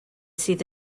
sydd